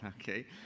Okay